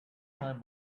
time